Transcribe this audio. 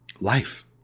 Life